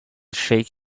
shake